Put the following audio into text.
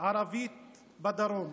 ערבית בדרום.